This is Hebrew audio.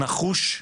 נחוש,